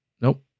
Nope